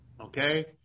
Okay